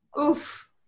Oof